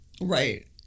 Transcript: Right